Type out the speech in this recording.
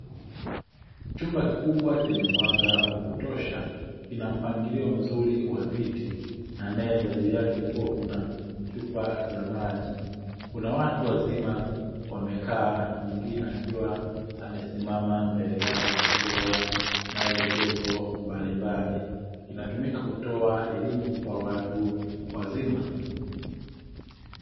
Chumba kikubwa chenye mwanga wa kutosha, kina mpangilio mzuri wa viti na meza juu yake kuwa kuna chupa za maji, kuna watu wazima wamekaa na mwingine akiwa amesimama mbele yao akitoa maelekezo mbalimbali, kinatumika kutoa elimu kwa watu wazima.